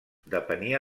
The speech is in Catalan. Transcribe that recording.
depenia